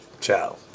ciao